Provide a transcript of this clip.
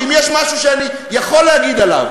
שאם יש משהו שאני יכול להגיד עליו,